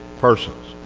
persons